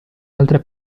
altre